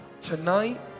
Tonight